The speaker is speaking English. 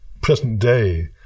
present-day